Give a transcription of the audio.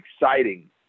exciting